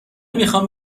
میخوام